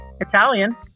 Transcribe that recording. Italian